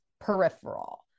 peripheral